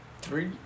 Three